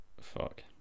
Fuck